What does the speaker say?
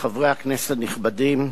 חברי הכנסת הנכבדים,